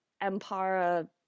empire